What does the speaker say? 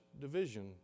division